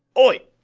oy!